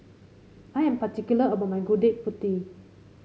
I am particular about my Gudeg Putih